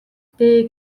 дээ